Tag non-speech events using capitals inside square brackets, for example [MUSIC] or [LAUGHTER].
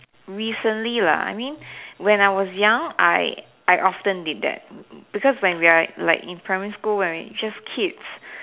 recently lah I mean when I was young I I often did that [NOISE] because when we're like in primary school when we just kids